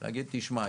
להגיד: תשמע,